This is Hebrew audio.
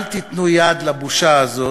אל תיתנו יד לבושה הזאת,